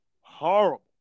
horrible